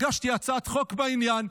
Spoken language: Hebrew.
הגשתי הצעת חוק בעניין.